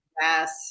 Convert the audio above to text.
Yes